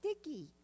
sticky